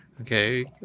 okay